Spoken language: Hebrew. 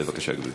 בבקשה, גברתי.